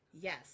Yes